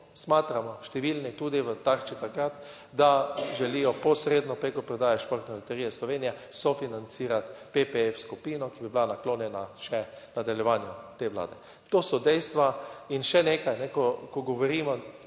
Smatramo. številni tudi v Tarči takrat, da želijo posredno preko prodaje Športne loterije Slovenije sofinancirati PPF skupino, ki bi bila naklonjena še nadaljevanju te vlade. To so dejstva. In še nekaj, ko govorimo,